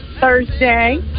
Thursday